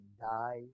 die